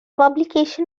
publication